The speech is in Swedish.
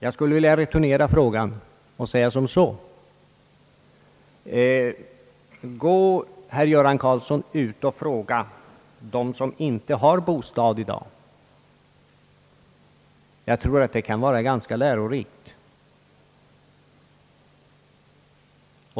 Jag skulle vilja returnera uppmaningen och be herr Göran Karlsson fråga dem som inte har någon bostad i dag. Jag tror det skulle vara ganska lärorikt.